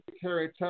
carry